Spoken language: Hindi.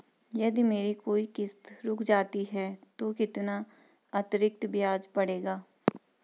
यदि मेरी कोई किश्त रुक जाती है तो कितना अतरिक्त ब्याज पड़ेगा?